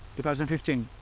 2015